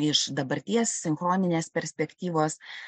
iš dabarties sinchroninės perspektyvos